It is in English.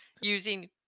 using